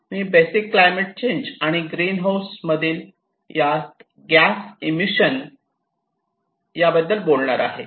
मी basic climate change आणि greenhouse मधील gas emission या बद्दल बोलणार आहे